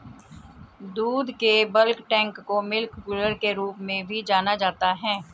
दूध के bulk tank को मिल्क कूलर के रूप में भी जाना जाता है